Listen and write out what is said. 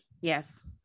yes